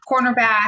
cornerback